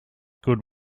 good